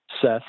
Seth